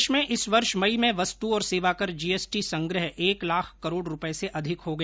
देश में इस वर्ष मई में वस्तु और सेवाकर जीएसटी संग्रह एक लाख करोड़ रुपये से अधिक हो गया